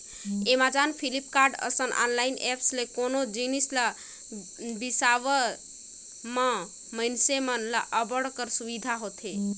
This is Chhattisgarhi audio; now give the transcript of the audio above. एमाजॉन, फ्लिपकार्ट, असन ऑनलाईन ऐप्स ले कोनो जिनिस ल बिसावत म मइनसे मन ल अब्बड़ कर सुबिधा होथे